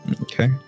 Okay